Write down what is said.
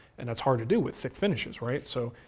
and that's hard to do with thick finishes, right? so,